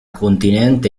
continente